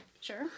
sure